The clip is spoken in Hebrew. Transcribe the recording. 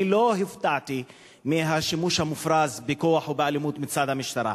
אני לא הופתעתי מהשימוש המופרז בכוח או באלימות מצד המשטרה,